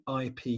IP